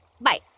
bye